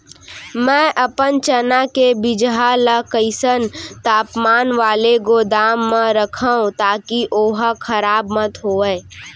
मैं अपन चना के बीजहा ल कइसन तापमान वाले गोदाम म रखव ताकि ओहा खराब मत होवय?